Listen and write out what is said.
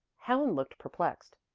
helen looked perplexed.